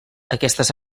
aquestes